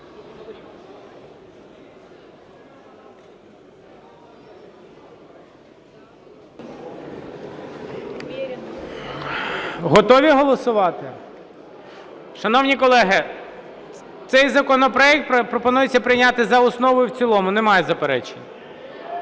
Готові голосувати? Шановні колеги, цей законопроект пропонується прийняти за основу і в цілому. Немає заперечень?